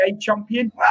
champion